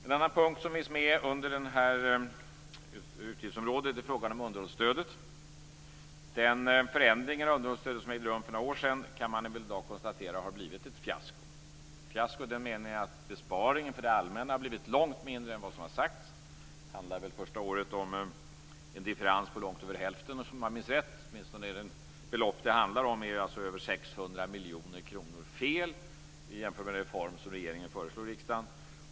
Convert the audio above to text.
En annan punkt som finns med under detta utgiftsområde är frågan om underhållsstödet. Man kan konstatera att den förändring av underhållsstödet som ägde rum för några år sedan har blivit ett fiasko, ett fiasko i den meningen att besparingen för det allmänna har blivit långt mindre än vad som har sagts. Första året handlar det om en differens på långt över hälften, om jag minns rätt. Det belopp som det handlar om är alltså över 600 miljoner kronor fel i jämförelse med den reform som regeringen föreslog riksdagen.